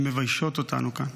שמביישות אותנו כאן.